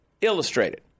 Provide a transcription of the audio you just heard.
Illustrated